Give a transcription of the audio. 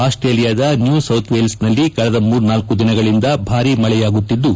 ಆಸ್ವೇಲಿಯಾದ New ಸೌತ್ವೇಲ್ಸ್ನಲ್ಲಿ ಕಳೆದ ಮೂರ್ನಾಲ್ಕು ದಿನಗಳಿಂದ ಭಾರೀ ಮಳೆಯಾಗುತ್ತಿದ್ದು